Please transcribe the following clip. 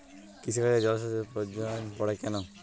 কৃষিকাজে জলসেচের প্রয়োজন পড়ে কেন?